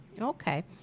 Okay